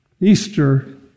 Easter